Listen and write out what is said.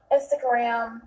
Instagram